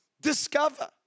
discover